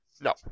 No